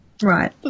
Right